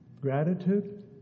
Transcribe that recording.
Gratitude